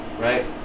right